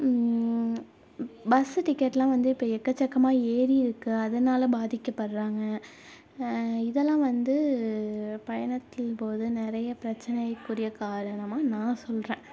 bus டிக்கெட்லாம் வந்து இப்போ எக்கச்சக்கமாக ஏறியிருக்கு அதனால் பாதிக்கப்படுகிறாங்க இதெல்லாம் வந்து பயணத்தின் போது நிறைய பிரச்சனைக்குரிய காரணமாக நான் சொல்கிறேன்